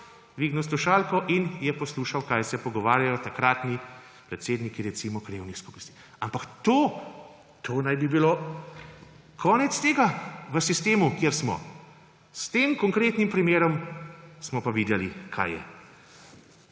dvignil slušalko in je poslušal, kaj je pogovarjajo takratni predsedniki, recimo, krajevnih skupnosti. Ampak tega naj bi bilo konec v sistemu, kjer smo. S tem konkretnim primerom smo pa videli, kaj je.